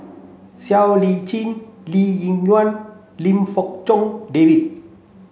Siow Lee Chin Lee Ling Yen Lim Fong Jock David